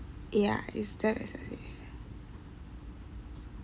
ya it's damn expensive